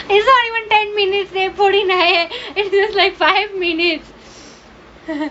is not even ten minutes eh forty nine it feels like five minutes